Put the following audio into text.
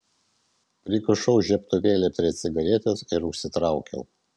prikišau žiebtuvėlį prie cigaretės ir užsitraukiau